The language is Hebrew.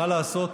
מה לעשות,